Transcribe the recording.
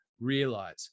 realize